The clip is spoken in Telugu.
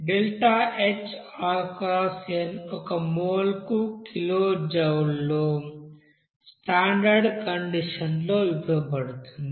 ΔHrxn ఒక మోల్కు కిలోజౌల్లో స్టాండర్డ్ కండిషన్ లో ఇవ్వబడుతుంది